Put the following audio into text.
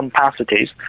capacities